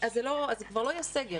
אז זה כבר לא יהיה סגר.